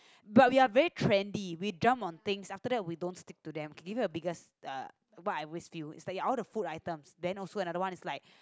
but we are very trendy we jump on things after that we don't stick to them okay give you the biggest uh what I always feel is like all the food items then also anther one is like